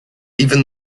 even